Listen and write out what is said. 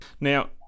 Now